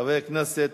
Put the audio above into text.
חבר הכנסת